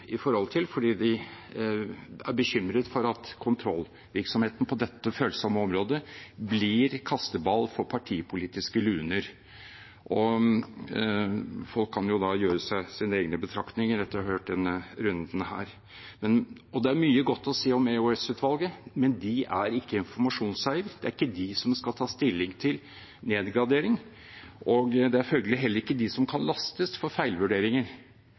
fordi de er bekymret for at kontrollvirksomheten på dette følsomme området blir kasteball for partipolitiske luner. Folk kan jo gjøre seg sine egne betraktninger etter å ha hørt denne runden. Det er mye godt å si om EOS-utvalget, men de er ikke informasjonseier. Det er ikke de som skal ta stilling til nedgradering, og det er følgelig heller ikke de som kan lastes for feilvurderinger.